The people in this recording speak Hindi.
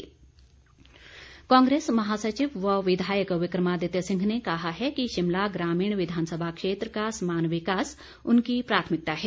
विक्रमादित्य कांग्रेस महासचिव व विधायक विक्रमादित्य सिंह ने कहा है कि शिमला ग्रामीण विधानसभा क्षेत्र का समान विकास उनकी प्राथमिकता है